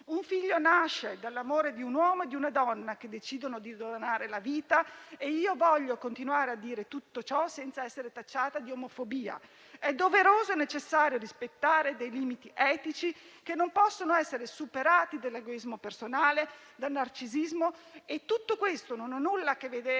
Un figlio nasce dall'amore di un uomo e di una donna che decidono di donare la vita: voglio continuare a dire tutto ciò, senza essere tacciata di omofobia. È doveroso e necessario rispettare dei limiti etici, che non possono essere superati dall'egoismo personale e dal narcisismo e tutto questo non ha nulla a che vedere